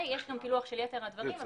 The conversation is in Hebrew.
יש גם פילוח של יתר הדברים,